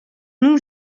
nom